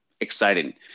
exciting